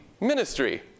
ministry